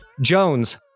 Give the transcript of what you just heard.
Jones